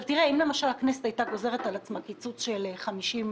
אם הכנסת הייתה גוזרת על עצמה קיצוץ של 5%,